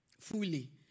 fully